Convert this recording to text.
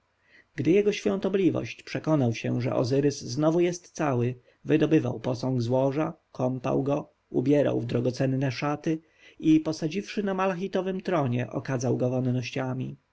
jego świątobliwość przekonał się że ozyrys znowu jest cały wydobywał posąg z łoża kąpał go ubierał w drogocenne szaty i posadziwszy na malachitowym tronie okadzał go wonnościami